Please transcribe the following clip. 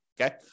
okay